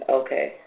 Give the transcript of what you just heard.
okay